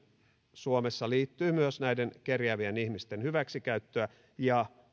suomessa liittyy myös näiden kerjäävien ihmisten hyväksikäyttöä ja